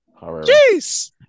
Jeez